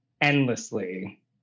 endlessly